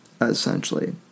essentially